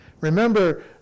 Remember